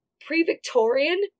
pre-victorian